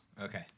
Okay